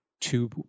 two